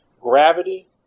gravity